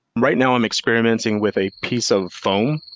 right now, i'm experimenting with a piece of foam,